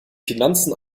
finanzen